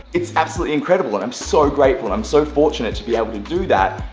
it's absolutely incredible, and i'm so grateful. i'm so fortunate to be able to do that.